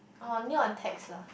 oh only on text lah